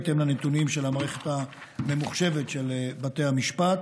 בהתאם לנתונים של המערכת הממוחשבת של בתי המשפט,